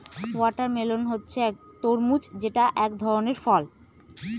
watermelon মানে হচ্ছে তরমুজ যেটা এক ধরনের ফল